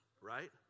Right